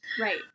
Right